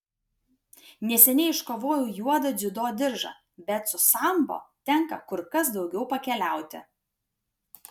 neseniai iškovojau juodą dziudo diržą bet su sambo tenka kur kas daugiau pakeliauti